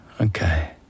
Okay